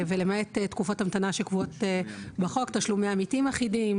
ולמעט תקופות המתנה שקבועות בחוק ותשלומי עמיתים אחידים,